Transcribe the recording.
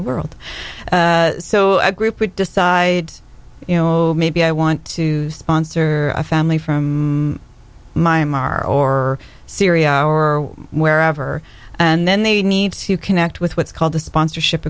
the world so a group would decide you know maybe i want to sponsor a family from my mar or syria or wherever and then they need to connect with what's called the sponsorship